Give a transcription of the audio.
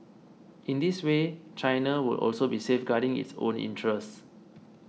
in this way China will also be safeguarding its own interests